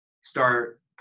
start